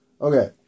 Okay